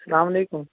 سلامُ علیکُم